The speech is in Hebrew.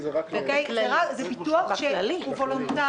כי הם היום בוחרים לא לתת את זה בלי תשלום,